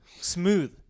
smooth